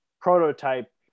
prototype